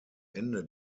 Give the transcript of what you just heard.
ende